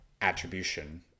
attribution